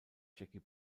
jackie